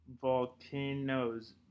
volcanoes